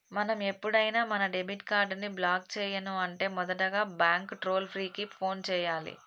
మనం ఎప్పుడైనా మన డెబిట్ కార్డ్ ని బ్లాక్ చేయను అంటే మొదటగా బ్యాంకు టోల్ ఫ్రీ కు ఫోన్ చేయాలి